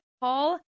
Paul